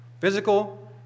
Physical